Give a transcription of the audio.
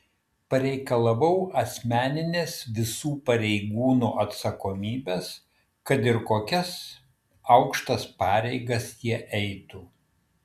pareikalavau asmeninės visų pareigūnų atsakomybės kad ir kokias aukštas pareigas jie eitų